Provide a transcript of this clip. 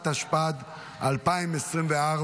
התשפ"ד 2024,